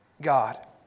God